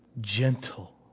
gentle